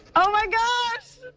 oh, my gosh!